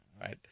Right